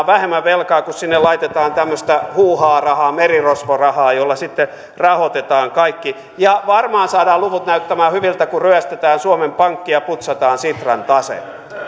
vähemmän velkaa kun sinne laitetaan tämmöistä huuhaarahaa merirosvorahaa jolla sitten rahoitetaan kaikki ja varmaan saadaan luvut näyttämään hyviltä kun ryöstetään suomen pankki ja putsataan sitran tase